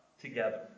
together